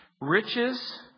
Riches